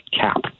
cap